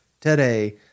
today